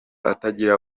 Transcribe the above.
atagira